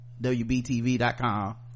wbtv.com